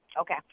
okay